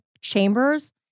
chamber's